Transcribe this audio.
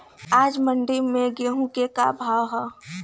आज मंडी में गेहूँ के का भाव बाटे?